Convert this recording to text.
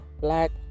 Black